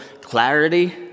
clarity